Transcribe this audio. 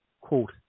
quote